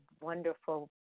wonderful